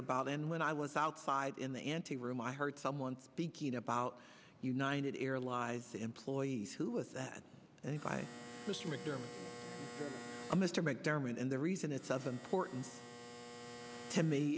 about and when i was outside in the ante room i heard someone speaking about united air lives employees who is that and if i am mr mcdermott and the reason it's of importance to me